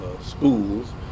schools